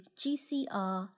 gcr